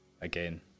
again